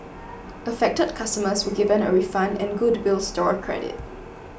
affected customers were given a refund and goodwill store credit